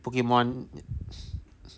pokemon